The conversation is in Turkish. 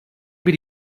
bir